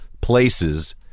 places